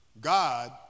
God